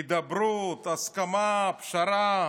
הידברות, הסכמה, פשרה,